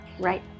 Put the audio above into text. Right